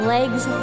Legs